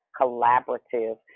collaborative